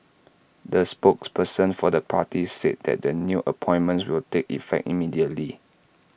the spokesperson for the party said that the new appointments will take effect immediately